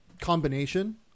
combination